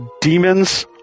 demons